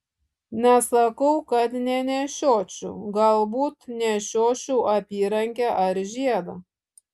nesakau kad nenešiočiau galbūt nešiočiau apyrankę ar žiedą